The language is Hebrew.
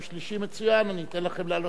מצוין, אני אתן לכם להעלות את זה לסדר.